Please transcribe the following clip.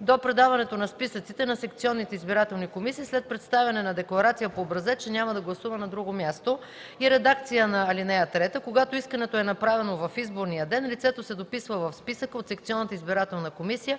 до предаването на списъците на секционните избирателни комисии след представяне на декларация по образец, че няма да гласува на друго място”, и редакция на ал. 3: „Когато искането е направено в изборния ден, лицето се дописва в списъка от секционната избирателна комисия